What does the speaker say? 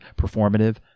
performative